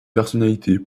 personnalité